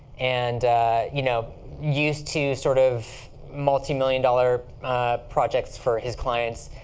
and you know used to sort of multi-million dollar projects for his clients.